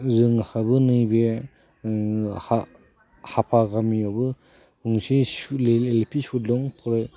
जोंहाबो नैबे हाफा गामियावबो मोनसे सुले एल पि स्कुल दं बेवहाय